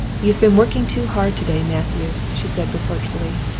you've been working too hard today, matthew, she said reproachfully.